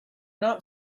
not